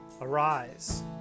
Arise